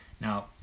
Now